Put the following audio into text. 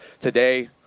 Today